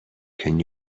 can